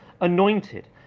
anointed